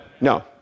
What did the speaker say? No